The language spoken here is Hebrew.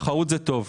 תחרות זה טוב.